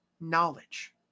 knowledge